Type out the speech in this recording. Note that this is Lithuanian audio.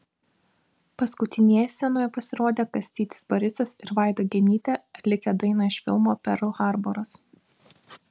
paskutinieji scenoje pasirodė kastytis barisas ir vaida genytė atlikę dainą iš filmo perl harboras